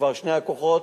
שני הכוחות,